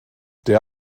der